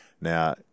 Now